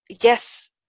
yes